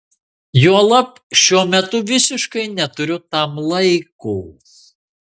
juolab šiuo metu visiškai neturiu tam laiko